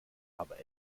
aber